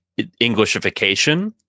Englishification